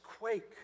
quake